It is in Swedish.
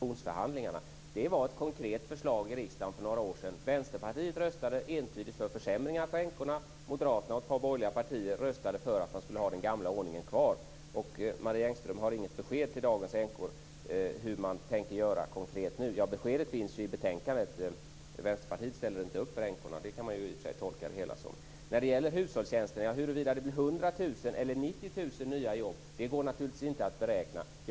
Fru talman! Det var inget speciellt elegant sätt Marie Engström använde när hon försökte glida ur frågan om änkepensionerna genom att hoppa till pensionsförhandlingarna. Försämringen av änkepensionerna var ett konkret förslag i riksdagen för några år sedan. Vänsterpartiet röstade entydigt för försämringar för änkorna. Moderaterna och ett par borgerliga partier röstade för att man skulle ha den gamla ordningen kvar. Marie Engström har inget besked till dagens änkor om hur man konkret tänker göra nu. Ja, beskedet finns ju i betänkandet, men Vänsterpartiet ställer inte upp för änkorna. Det kan man i och för sig tolka det hela som. När det gäller hushållstjänsterna går det naturligtvis inte att beräkna huruvida det blir 100 000 eller 90 000 nya jobb.